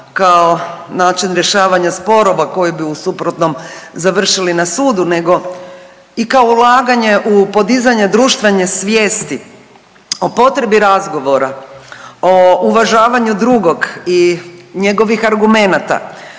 kao način rješavanja sporova koji bi u suprotnom završili na sudu nego i kao ulaganje u podizanje društvene svijesti o potrebi razgovora o uvažavanju drugog i njegovih argumenata,